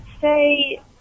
say